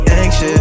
anxious